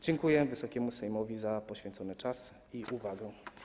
Dziękuję Wysokiemu Sejmowi za poświęcony czas i uwagę.